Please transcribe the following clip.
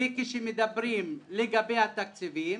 וכשמדברים על התקציבים,